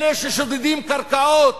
אלה ששודדים קרקעות,